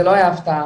זאת לא הייתה הפתעה,